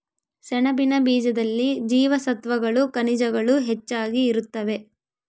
ಸೆಣಬಿನ ಬೀಜದಲ್ಲಿ ಜೀವಸತ್ವಗಳು ಖನಿಜಗಳು ಹೆಚ್ಚಾಗಿ ಇರುತ್ತವೆ